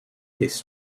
his